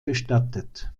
bestattet